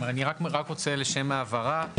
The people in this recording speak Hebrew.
אני רק רוצה לשם ההבהרה: